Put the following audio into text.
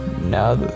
now